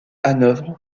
hanovre